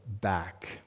back